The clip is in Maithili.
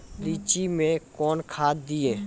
लीची मैं कौन खाद दिए?